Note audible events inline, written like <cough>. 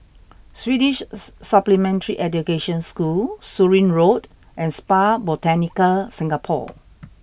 Swedish <hesitation> Supplementary Education School Surin Road and Spa Botanica Singapore